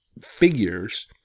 figures